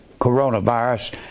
coronavirus